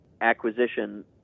acquisition